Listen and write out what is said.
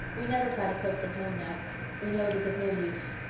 we never try to coax him home now we know it is of no use.